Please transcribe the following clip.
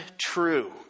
true